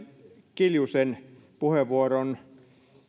kiljusen puheenvuoron